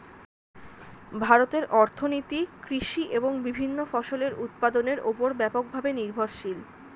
ভারতের অর্থনীতি কৃষি এবং বিভিন্ন ফসলের উৎপাদনের উপর ব্যাপকভাবে নির্ভরশীল